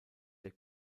der